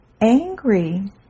angry